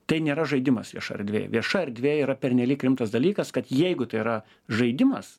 tai nėra žaidimas vieša erdvė vieša erdvė yra pernelyg rimtas dalykas kad jeigu tai yra žaidimas